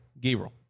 Gabriel